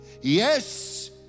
Yes